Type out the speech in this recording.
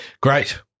Great